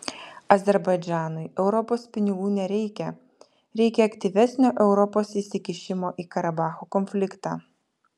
azerbaidžanui europos pinigų nereikia reikia aktyvesnio europos įsikišimo į karabacho konfliktą